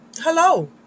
Hello